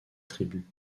tribu